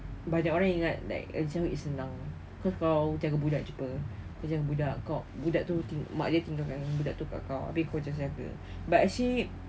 but dia orang ingat like macam ni senang cause kau jaga budak jer [pe] kau jaga budak kau budak tu ting~ mak dia tinggalkan budak tu kat kau habis kau jaga jaga but actually